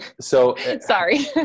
Sorry